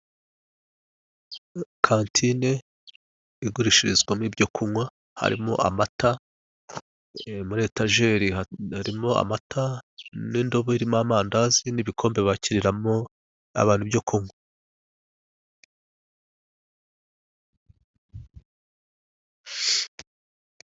Kantine igurishirizwamo ibyo kunywa, harimo amata, ee, muri etajeri harimo amata n'indobo irimo amandazi n'ibikombe bakiriramo abantu ibyo kunywa.